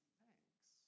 thanks